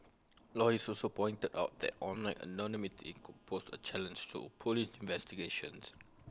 lawyers also pointed out that online anonymity could pose A challenge to Police investigations